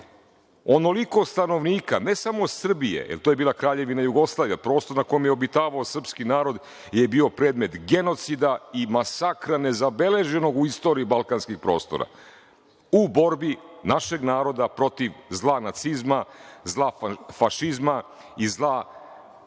Onoliko stanovnika, ne samo Srbije, jer to je bila Kraljevina Jugoslavija, prostor na kome je obitavao srpski narod je bio predmet genocida i masakra nezabeleženog u istoriji balkanskih prostora u borbi našeg naroda protiv zla nacizma, zla fašizma i zla